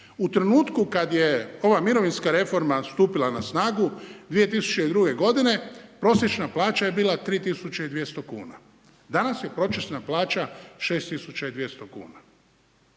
U trenutku kad je ova mirovinska reforma stupila na snagu, 2002. godine, prosječna plaća je bila 3 200 kuna. Danas je prosječna plaća 6 200 kuna.